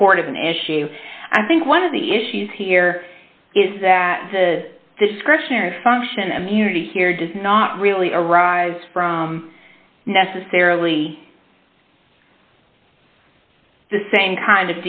support of an issue i think one of the issues here is that the discretionary function immunity here does not really arise from necessarily the same kind